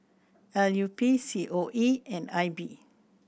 L U P C O E and I B